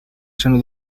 seno